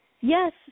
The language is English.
Yes